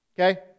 Okay